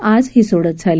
आज ही सोडत झाली